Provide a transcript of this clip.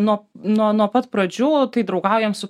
nuo nuo nuo pat pradžių tai draugaujam su